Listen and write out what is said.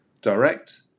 direct